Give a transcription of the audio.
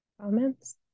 Comments